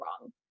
wrong